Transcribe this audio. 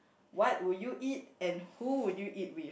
what would you eat and who would you eat with